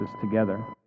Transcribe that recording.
together